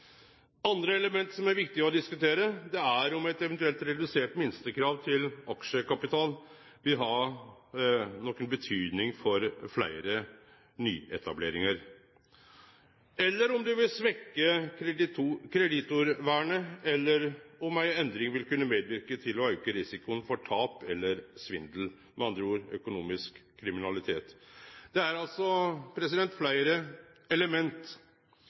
Andre element som er viktige å diskutere, er om eit eventuelt redusert minstekrav til aksjekapital vil ha noka betyding for fleire nyetableringar, om det vil svekkje kreditorvernet, eller om ei endring vil kunne medverke til å auke risikoen for tap eller svindel – med andre ord: økonomisk kriminalitet. Det er altså fleire element